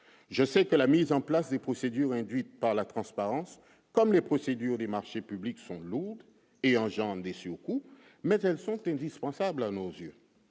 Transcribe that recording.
je sais que la mise en place des procédures induite par la transparence comme les procédure des marchés publics sont lourds et engendre des surcoûts, mais elles sont indispensables à nos yeux,